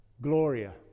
Gloria